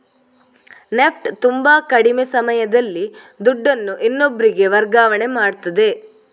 NEFT ತುಂಬಾ ಕಡಿಮೆ ಸಮಯದಲ್ಲಿ ದುಡ್ಡನ್ನು ಇನ್ನೊಬ್ರಿಗೆ ವರ್ಗಾವಣೆ ಮಾಡ್ತದೆ